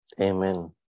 Amen